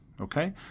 Okay